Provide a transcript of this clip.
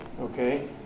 okay